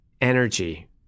energy